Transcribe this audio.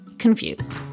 confused